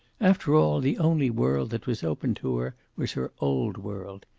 after all, the only world that was open to her was her old world.